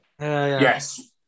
Yes